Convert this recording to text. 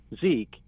Zeke